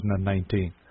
2019